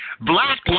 Black